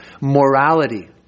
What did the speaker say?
morality